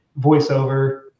voiceover